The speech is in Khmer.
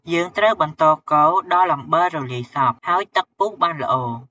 យើងត្រូវបន្តកូរដល់អំបិលរលាយសព្វ ហើយទឹកពុះបានល្អ។